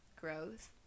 growth